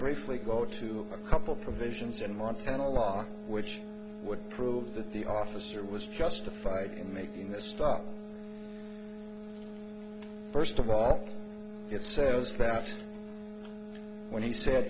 briefly go to a couple of provisions in montana law which would prove that the officer was justified in making the stop first of all it says that when he said